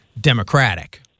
democratic